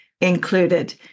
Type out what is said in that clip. included